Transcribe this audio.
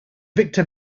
victor